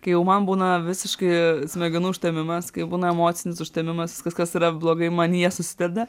kai jau man būna visiškai smegenų užtemimas kai jau būna emocinis užtemimas viskas kas yra blogai manyje susideda